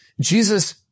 Jesus